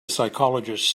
psychologist